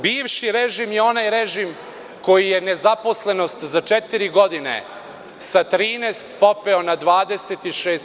Bivši režim je onaj režim koji je nezaposlenost za četiri godine sa 13 popeo na 26%